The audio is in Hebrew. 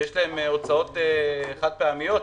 שיש לזה הוצאות חד פעמיות,